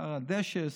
שר הדשא,